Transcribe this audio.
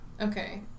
Okay